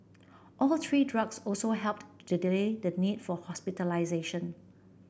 all three drugs also helped to delay the need for hospitalisation